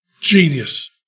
genius